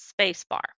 Spacebar